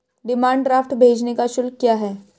Demand draft भेजने का शुल्क क्या है?